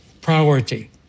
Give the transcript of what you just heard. Priority